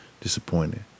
disappointed